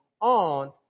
on